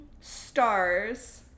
stars